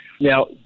Now